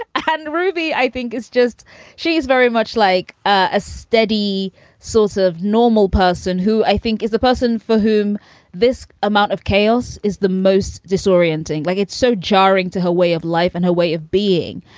i and ruby? i think it's just she's very much like a steady source of normal person who i think is the person for whom this amount of chaos is the most disorienting. like it's so jarring to her way of life and her way of being.